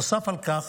נוסף על כך,